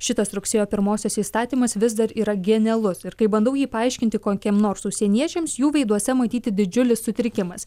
šitas rugsėjo pirmosios įstatymas vis dar yra genialus ir kai bandau jį paaiškinti kokiem nors užsieniečiams jų veiduose matyti didžiulis sutrikimas